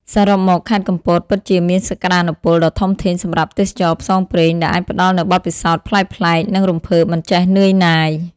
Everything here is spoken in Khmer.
សរុបមក ខេត្តកំពតពិតជាមានសក្ដានុពលដ៏ធំធេងសម្រាប់ទេសចរណ៍ផ្សងព្រេង ដែលអាចផ្ដល់នូវបទពិសោធន៍ប្លែកៗ និងរំភើបមិនចេះនឿយណាយ។